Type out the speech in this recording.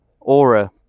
Aura